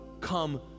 come